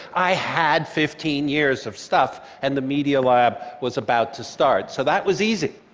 i had fifteen years of stuff, and the media lab was about to start. so that was easy.